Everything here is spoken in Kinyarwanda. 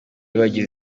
bagize